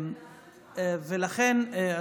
לכן,